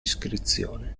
iscrizione